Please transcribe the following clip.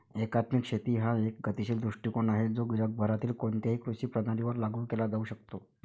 एकात्मिक शेती हा एक गतिशील दृष्टीकोन आहे जो जगभरातील कोणत्याही कृषी प्रणालीवर लागू केला जाऊ शकतो